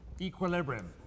equilibrium